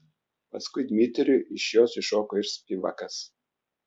paskui dmitrijų iš jos iššoko ir spivakas